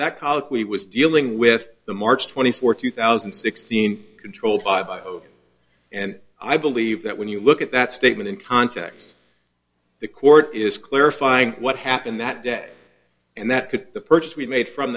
colloquy was dealing with the march twenty fourth two thousand and sixteen controlled by and i believe that when you look at that statement in context the court is clarifying what happened that day and that could the purchase we made from